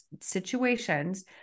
situations